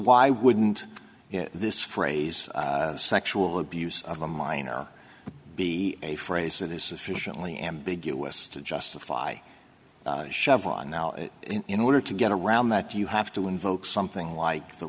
why wouldn't this phrase sexual abuse of a minor be a phrase that is sufficiently ambiguous to justify chevron now in order to get around that you have to invoke something like the